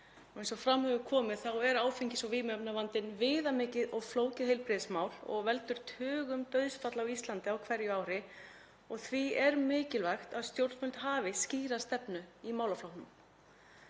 Eins og fram hefur komið er áfengis- og vímuefnavandinn viðamikið og flókið heilbrigðismál og veldur tugum dauðsfalla á Íslandi á hverju ári og því er mikilvægt að stjórnvöld hafi skýra stefnu í málaflokknum.